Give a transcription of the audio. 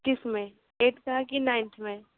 किस में एट्थ का है कि नाइन्थ में